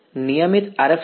નિયમિત RF circuit